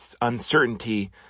uncertainty